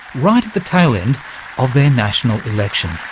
right at the tail end of their national election.